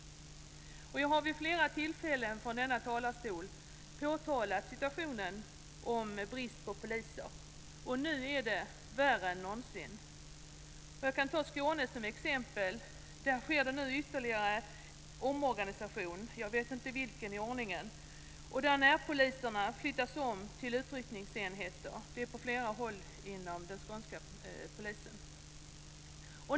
Jag har vid flera tillfällen från denna talarstol påtalat situationen om brist på poliser. Nu är det värre än någonsin. Jag kan ta Skåne som exempel. Där sker det nu ytterligare en omorganisation - jag vet inte vilken i ordningen - där närpoliserna flyttas om till utryckningsenheter. Det är så på flera håll inom den skånska polisen.